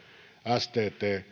stt